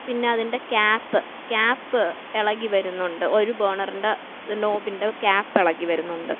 പിന്നെ അതിൻ്റെ cap cap ഇളകി വരുന്നുണ്ട് ഒരു ബോണറിൻ്റെ നോബിൻ്റെ ക്യാപ്പ് ഇളകി വരുന്നുണ്ട്